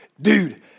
dude